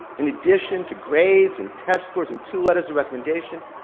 in addition to grades and test scores and two letters of recommendation,